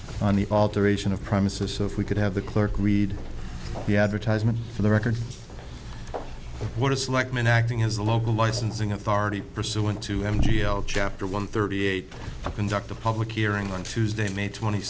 the alteration of premises so if we could have the clerk read the advertisement for the record what it's like men acting as a local licensing authority pursuant to m t l chapter one thirty eight conduct a public hearing on tuesday may twenty